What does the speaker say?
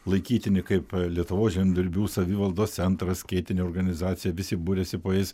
laikytini kaip lietuvos žemdirbių savivaldos centras skėtinė organizacija visi buriasi po jais